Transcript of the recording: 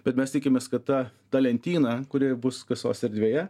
bet mes tikimės kad ta ta lentyna kuri bus kasos erdvėje